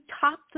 top